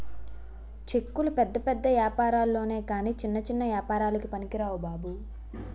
చెక్కులు పెద్ద పెద్ద ఏపారాల్లొనె కాని చిన్న చిన్న ఏపారాలకి పనికిరావు బాబు